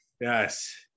yes